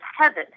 heaven